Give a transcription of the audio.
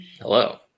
Hello